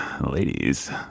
ladies